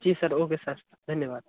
जी sir okay sir धन्यवाद